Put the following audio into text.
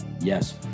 yes